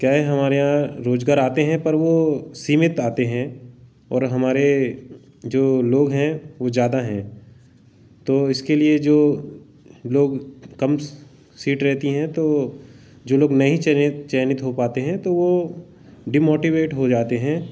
क्या है हमारे यहाँ रोज़गार आते हैं पर वो सीमित आते हैं और हमारे जो लोग हैं वो ज़्यादा हैं तो इसके लिए जो लोग कम सीट रहती हैं तो जो लोग नहीं चयनी चयनित हो पाते हैं तो वो डीमोटिवेट हो जाते हैं